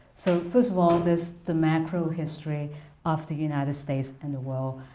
so first of all, there's the macro history of the united states in the world,